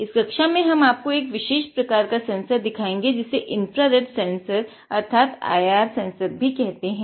इस कक्षा में हम आपको एक विशेष प्रकार का सेंसर दिखायेंगे जिसे इन्फ्रारेड सेंसर अथवा IR सेंसर भी कहते हैं